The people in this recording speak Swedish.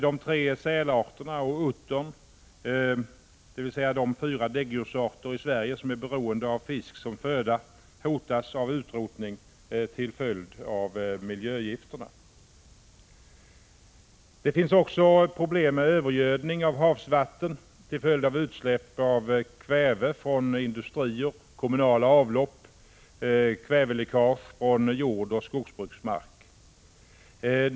De tre sälarterna och uttern, dvs. de fyra däggdjursarter i Sverige som är beroende av fisk som föda, hotas av utrotning till följd av miljögifterna. Det finns också problem med övergödning av havsvattnen till följd av utsläpp av kväve från industrier, kommunala avlopp, kväveläckage från jordoch skogsbruksmark.